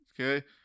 okay